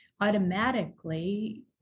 automatically